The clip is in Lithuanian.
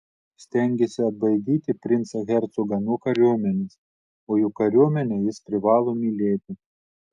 stengėsi atbaidyti princą hercogą nuo kariuomenės o juk kariuomenę jis privalo mylėti